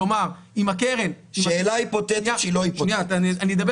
כלומר אם הקרן --- שאלה היפותטית שהיא לא היפותטית.